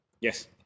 Yes